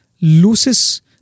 loses